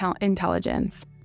intelligence